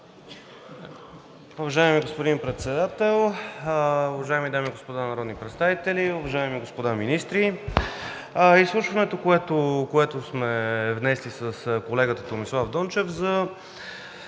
Уважаеми господин Председател, уважаеми дами и господа народни представители, уважаеми господа министри! Изслушването, което сме внесли с колегата Томислав Дончев,